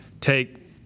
take